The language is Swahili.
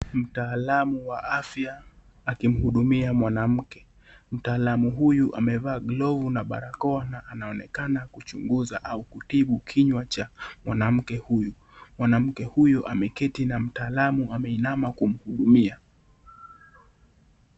Mtaalamu wa afya akimhudumia mwanamke . Mtaalamu huyu amevaa glovu na barakoa na anaonekana kuchunguza au kutibu kinywa cha mwanamke huyu . Mwanamke huyu ameketi na mtaalamu ameinama kumhudumia.